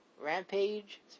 Rampage